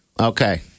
Okay